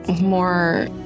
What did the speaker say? more